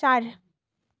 चार